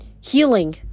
Healing-